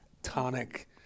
tonic